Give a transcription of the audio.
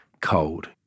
cold